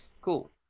cool